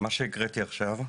מה שהקראתי עכשיו,